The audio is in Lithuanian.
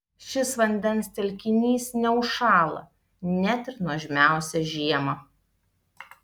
šis vandens telkinys neužšąla net ir nuožmiausią žiemą